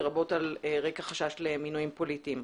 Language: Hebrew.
לרבות על רקע חשש למינויים פוליטיים.